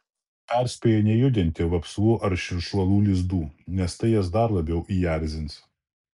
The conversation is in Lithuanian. perspėja nejudinti vapsvų ar širšuolų lizdų nes tai jas dar labiau įerzins